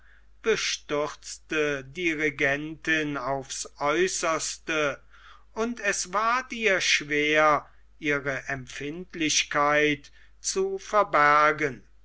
die regentin aufs äußerste und es ward ihr schwer ihre empfindlichkeit zu verbergen